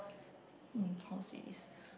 um how to say this